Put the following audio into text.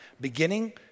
beginning